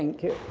you.